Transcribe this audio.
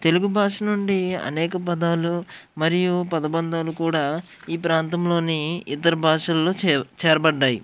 తెలుగు భాష నుండి అనేక పదాలు మరియు పదబంధాలు కూడా ఈ ప్రాంతంలోని ఇతర భాషల్లో చే చేరబడ్డాయి